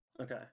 Okay